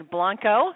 Blanco